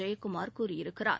ஜெயக்குமார் கூறியிருக்கிறார்